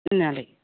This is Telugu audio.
అది